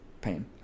pain